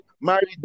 married